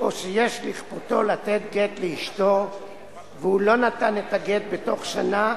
או שיש לכפותו לתת גט לאשתו והוא לא נתן את הגט בתוך שנה,